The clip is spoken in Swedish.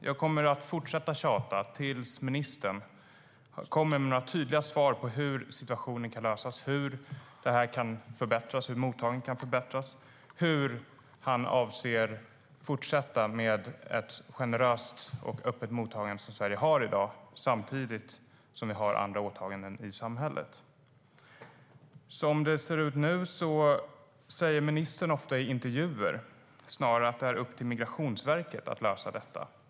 Jag kommer att fortsätta tjata tills ministern kommer med tydliga svar på hur situationen kan lösas, hur mottagningen kan förbättras och hur han avser att fortsätta med ett generöst och öppet mottagande som Sverige har i dag samtidigt som vi har andra åtaganden i samhället. Som det ser ut nu säger ministern ofta i intervjuer att det är upp till Migrationsverket att lösa detta.